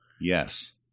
yes